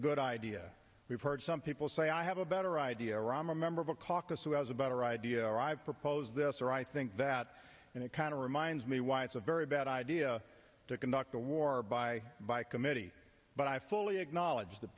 good idea we've heard some people say i have a better idea rahm a member of a caucus who has a better idea or i've proposed this or i think that and it kind of reminds me why it's a very bad idea to conduct a war by by committee but i fully acknowledge that